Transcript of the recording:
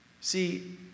See